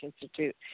Institute